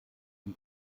für